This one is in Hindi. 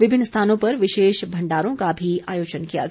विभिन्न स्थानों पर विशेष भंडारों का भी आयोजन किया गया